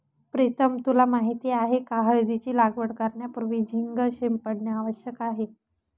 प्रीतम तुला माहित आहे का हळदीची लागवड करण्यापूर्वी झिंक शिंपडणे आवश्यक आहे